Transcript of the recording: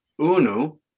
UNU